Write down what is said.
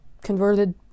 converted